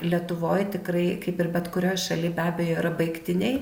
lietuvoj tikrai kaip ir bet kurioj šaly be abejo yra baigtiniai